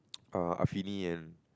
and